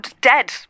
dead